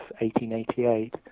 1888